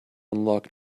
unlock